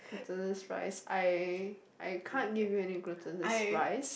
glutinous rice I I can't give you any glutinous rice